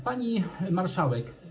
Pani Marszałek!